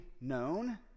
known